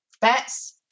bats